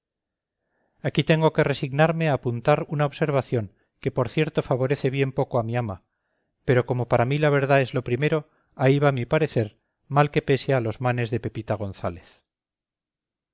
aquí tengo que resignarme a apuntar una observación que por cierto favorece bien poco a mi ama pero como para mí la verdad es lo primero ahí va mi parecer mal que pese a los manes de pepita gonzález